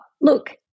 look